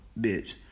bitch